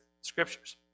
scriptures